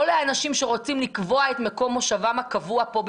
לא לאנשים שרוצים לקבוע את מקום מושבם הקבוע פה,